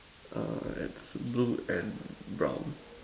err it's blue and brown